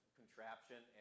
contraption